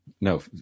No